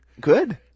Good